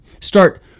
start